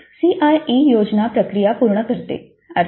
तर हे सीआयई योजना प्रक्रिया पूर्ण करते